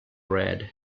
red